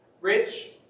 rich